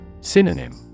Synonym